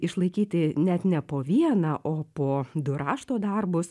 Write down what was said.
išlaikyti net ne po vieną o po du rašto darbus